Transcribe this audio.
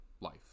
life